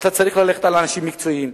אתה צריך ללכת על אנשים מקצועיים.